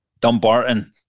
Dumbarton